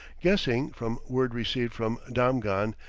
guessing, from word received from damghan,